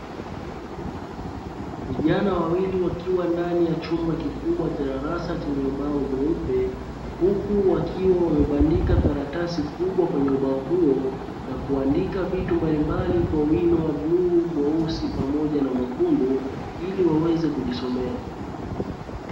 Vijana wawili wakiwa ndani ya chumba kikubwa cha darasa chenye ubao mweupe, huku wakiwa wamebandika karatasi kubwa kwenye ubao huo na kuandika vitu mbalimbali kwa wimo wa nukuu, mweusi pamoja na mwekundu ili waweze kujisomea.